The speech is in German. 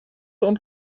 und